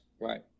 Right